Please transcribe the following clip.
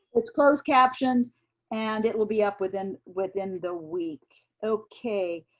it's closed captioned and it will be up within within the week. okay,